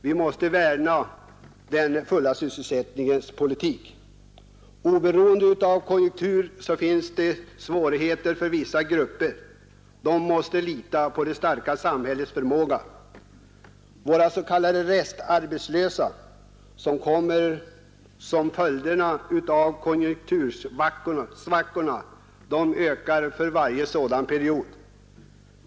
Vi måste värna den fulla sysselsättningens politik. Oberoende av konjunkturen finns det svårigheter för vissa grupper. De måste lita på det starka samhällets förmåga. Våra s.k. restarbetslösa, en följd av vissa konjunktursvackor, bara ökar för varje sådan period.